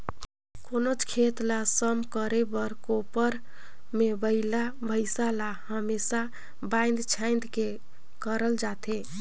कोनोच खेत ल सम करे बर कोपर मे बइला भइसा ल हमेसा बाएध छाएद के करल जाथे